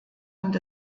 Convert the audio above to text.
und